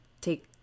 take